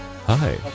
Hi